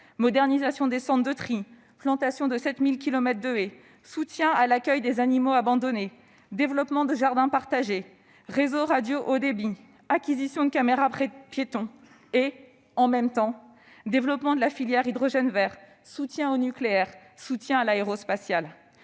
modernisation des centres de tri, plantation de 7 000 kilomètres de haies, soutien à l'accueil des animaux abandonnés, développement de jardins partagés, réseau radio haut débit, acquisition de caméras piétons ... Et en même temps : développement de la filière de l'hydrogène vert, soutien au nucléaire et à l'aérospatiale.